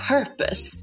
Purpose